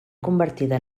convertida